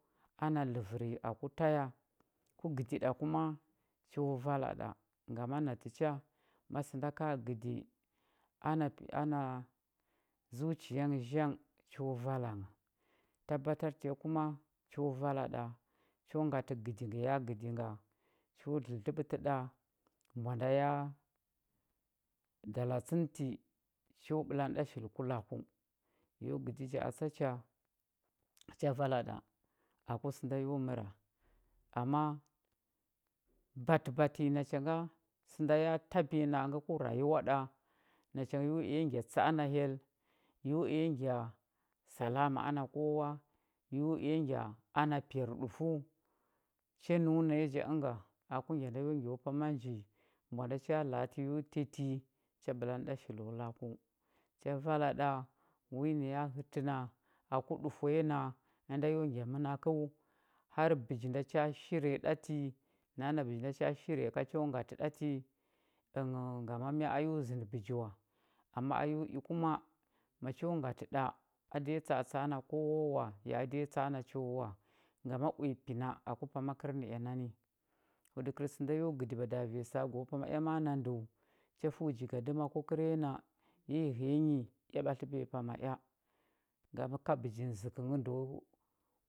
Ana ləvər nyi aku ta ya ku gədi ɗa kuma cho vala ɗa ngama natə ha ma sə nda ka gədi ana pi ana zuciya nghə zhang cho vala ngha tabbatat tə ya kuma cho vala ɗa cho ngatə gəydi ngə ya gədi nga cho dlədləɓətə ɗambwanda ya dalatslun ti cho ɓəlandə ɗa shili ku laku ya gədi ja a tsa cha cha vala ɗa aku sə nda yo məra ama batəbatənyi acha nga sə nda ya tabiya na a ngə ku rayuwa ɗa nacha ngə yo i ngya tsa a na hyell yo i ya ngya na salama ana kowa yo i ya ngya ana piyarɗufəu cha nəu na ya ja ənga aku ngya da yo ngya ku pama nji mbwa nda cha la a yo teti tɨ cha ɓəlandə ɗa shilo laku cha vala ɗa wi nə ya hətə na aku ɗufwa ya na ənda yo ngya mənkəu har bəji nda cha shirya ɗa na a na bəji nda cha shirya ka cho ngatə ɗa ti ənghəu ngama my a yo zəndə bəji wa ama a yo kuma macho ngatə ɗa a da ya tsa atsa a na kowa wa ya a da ya tsa a na cha wa ngama uya pi na aku pama kərnəea ngani huɗəkər sə nda yo gədi bada vanya səa gu pama ea a a n ndəu cha fəu jigadəma ku kəraya na ya yi həya nyi ea ɓatləbiya pama ea ngama ka bəjing zəkə ngə ndəo,